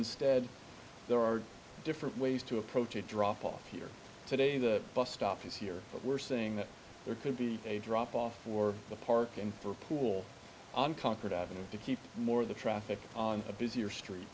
instead there are different ways to approach a drop off here today the bus stop is here but we're saying that there could be a drop off for the park and for a pool unconquered avenue to keep more of the traffic on a busier street